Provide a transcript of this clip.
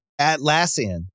Atlassian